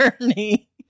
journey